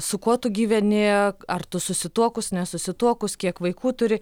su kuo tu gyveni ar tu susituokus nesusituokus kiek vaikų turi